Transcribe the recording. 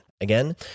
Again